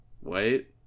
wait